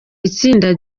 itsinda